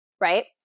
right